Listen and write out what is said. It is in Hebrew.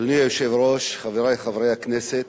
אדוני היושב-ראש, חברי חברי הכנסת,